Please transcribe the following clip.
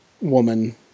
woman